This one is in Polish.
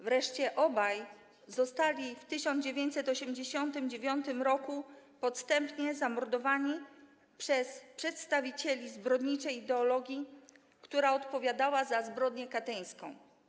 Wreszcie obaj w 1989 r. zostali podstępnie zamordowani przez przedstawicieli zbrodniczej ideologii, która odpowiadała za zbrodnię katyńską.